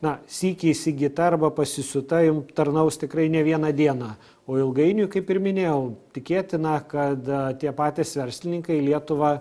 na sykį įsigyta arba pasisiūta jum tarnaus tikrai ne vieną dieną o ilgainiui kaip ir minėjau tikėtina kad tie patys verslininkai į lietuvą